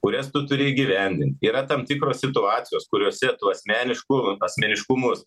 kurias tu turi įgyvendint yra tam tikros situacijos kuriose tų asmeniškų asmeniškumus